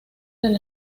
del